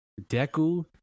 Deku